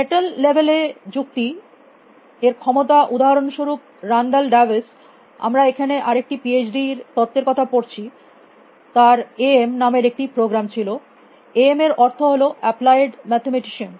metal level যুক্তি এর ক্ষমতা উদাহরণস্বরূপ রান্দাল দাভিস Randall Davis আমরা এখানে আরেকটি পিএইচডি র তত্ত্বের কথা পড়ছি তার এ এম নামের একটি প্রোগ্রাম ছিল এ এম এর অর্থ হল অ্যাপ্লায়েড মাথেমেটিসিয়ান